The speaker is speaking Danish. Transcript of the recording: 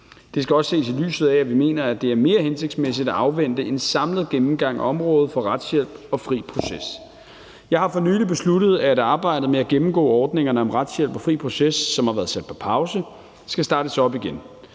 Det skal også ses i lyset af, at vi mener, at det er mere hensigtsmæssigt at afvente en samlet gennemgang af området for retshjælp og fri proces. Jeg har for nylig besluttet, at arbejdet med at gennemgå ordningerne om retshjælp og fri proces, som har været sat på pause, skal startes op igen.